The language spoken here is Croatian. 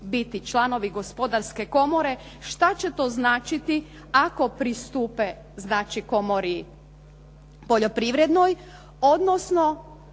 biti članovi gospodarske komore, šta će to značiti ako pristupe znači komori poljoprivrednoj, odnosno